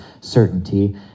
certainty